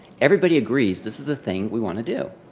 everybody agrees this is the thing we want to do.